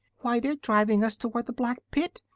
why, they are driving us toward the black pit,